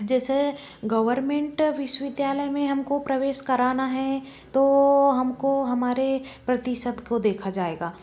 जैसे गवर्नमेंट विश्वविद्यालय में हमको प्रवेश करना है तो हमको हमारे प्रतिशत को देखा जाएगा